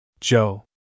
Joe